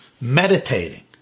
meditating